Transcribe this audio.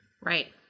Right